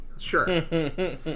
Sure